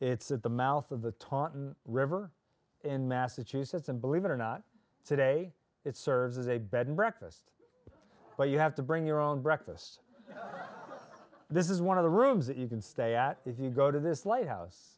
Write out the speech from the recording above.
it's at the mouth of the taunton river in massachusetts and believe it or not today it serves as a bed and breakfast but you have to bring your own breakfast this is one of the rooms that you can stay at if you go to this lighthouse